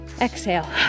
exhale